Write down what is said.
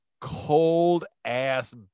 cold-ass